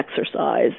exercise